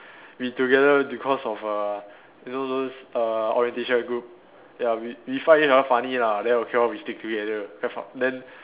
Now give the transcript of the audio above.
we together because of err you know those err orientation group ya we we find each other funny lah then okay lor we stick together then f~ then